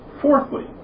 Fourthly